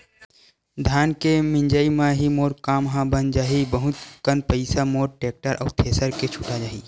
धान के मिंजई म ही मोर काम ह बन जाही बहुत कन पईसा मोर टेक्टर अउ थेरेसर के छुटा जाही